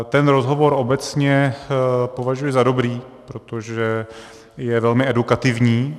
Ten rozhovor obecně považuji za dobrý, protože je velmi edukativní.